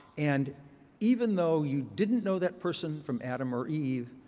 and even though you didn't know that person from adam or eve,